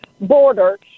border